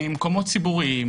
ממקומות ציבוריים,